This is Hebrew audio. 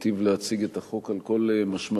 והוא היטיב להציג את החוק על כל משמעויותיו,